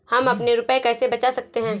हम अपने रुपये कैसे बचा सकते हैं?